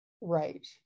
Right